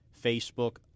Facebook